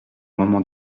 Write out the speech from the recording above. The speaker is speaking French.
moment